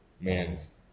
Man's